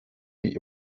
die